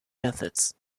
methods